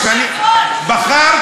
בחרת